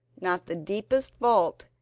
not the deepest vault,